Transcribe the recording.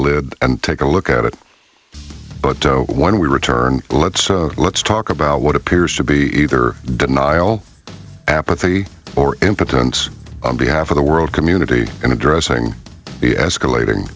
lid and take a look at it but when we return let's let's talk about what appears to be either denial apathy or impotence behalf of the world community in addressing the escalating